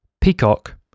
peacock